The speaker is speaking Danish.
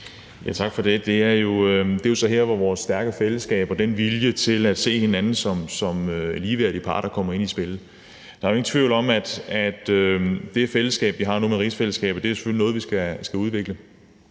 (S): Tak for det. Det er jo så her, hvor vores stærke fællesskab og viljen til at se hinanden som ligeværdige parter kommer i spil. Der er ingen tvivl om, at det fællesskab, vi har nu, med rigsfællesskabet, selvfølgelig er noget, vi skal udvikle.